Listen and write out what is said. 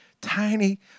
tiny